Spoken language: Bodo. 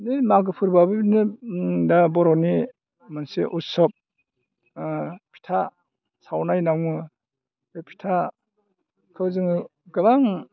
बिदिनो मागो फोरबोआबो बिदिनो दा बर'नि मोनसे उत्सब फिथा सावनाय होनना बुङो बे फिथाखौ जोङो गोबां